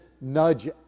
nudge